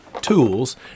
tools